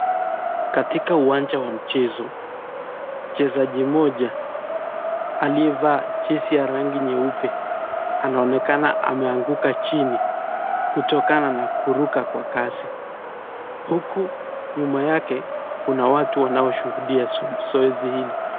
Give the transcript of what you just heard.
Katika uwanja wa mchezo. Mchezaji mmoja aliyevaa jezi ya rangi nyeupe anaonekana ameanguka chini kutokana na kuruka kwa kasi huku nyuma yake kuna watu wanaoshuhudia zoezi hili.